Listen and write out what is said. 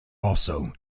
also